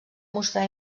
mostrar